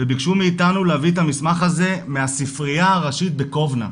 וביקשו מאיתנו להביא את המסמך הזה מהספרייה הראשית בקובנה,